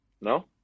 No